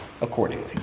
accordingly